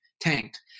tanked